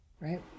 right